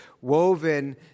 woven